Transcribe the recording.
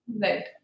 Right